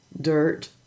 dirt